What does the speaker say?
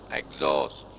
exhaust